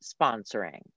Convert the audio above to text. sponsoring